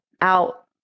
out